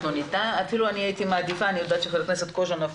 אני יודעת שחבר הכנסת קוז'ינוב,